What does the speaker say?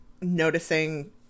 noticing